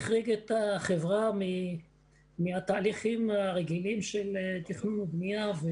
החריג את החברה מהתהליכים הרגילים של תכנון ובנייה.